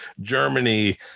Germany